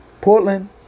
Portland